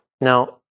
Now